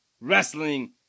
wrestling